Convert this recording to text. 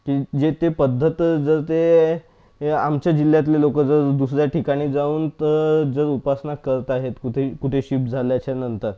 की जे ते पद्धत जर ते हे आमच्या जिल्ह्यातले लोक जर दुसऱ्या ठिकाणी जाऊन तर जर उपासना करताहेत कुठेही कुठे शिफ्ट झाल्याच्या नंतर